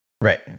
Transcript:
Right